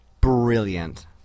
brilliant